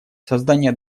создание